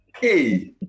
hey